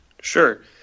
Sure